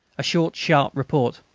a short, sharp report,